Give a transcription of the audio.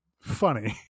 funny